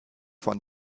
von